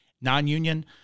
Non-union